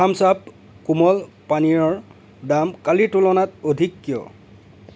thumbs Up কোমল পানীয়ৰ দাম কালিৰ তুলনাত অধিক কিয়